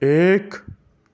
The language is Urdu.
ایک